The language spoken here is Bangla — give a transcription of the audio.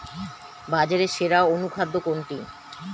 বাজারে সেরা অনুখাদ্য কোনটি?